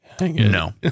no